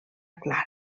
clara